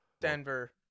Denver